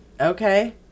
okay